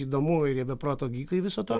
įdomu ir jie be proto gykai viso to